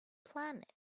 planet